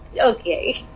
Okay